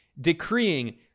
decreeing